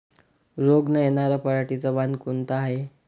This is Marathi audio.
रोग न येनार पराटीचं वान कोनतं हाये?